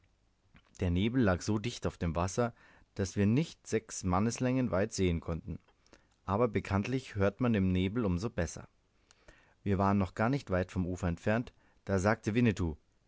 der nebel lag so dicht auf dem wasser daß wir nicht sechs manneslängen weit sehen konnten aber bekanntlich hört man im nebel um so besser wir waren noch gar nicht weit vom ufer entfernt da sagte winnetou